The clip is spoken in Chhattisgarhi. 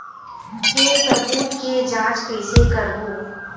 के सबूत के जांच कइसे करबो?